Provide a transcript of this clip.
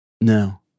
No